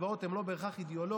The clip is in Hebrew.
וההצבעות הן לא בהכרח אידאולוגיות.